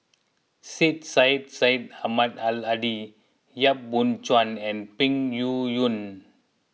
Syed Sheikh Syed Ahmad Al Hadi Yap Boon Chuan and Peng Yuyun